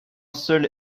seul